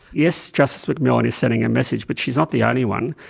yes, justice macmillan is sending a message, but she's not the only one.